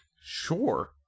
Sure